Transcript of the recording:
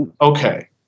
Okay